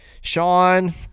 sean